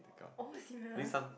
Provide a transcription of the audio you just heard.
oh serious